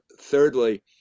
thirdly